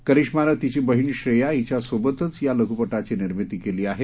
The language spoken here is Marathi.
करीश्मानं तिची बहिण श्रेया हिच्यासोबतच या लघुपटाची निर्मिती केली आहे